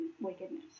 wickedness